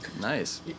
Nice